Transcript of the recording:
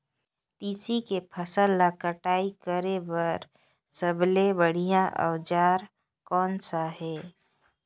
तेसी के फसल ला कटाई करे बार सबले बढ़िया औजार कोन सा हे?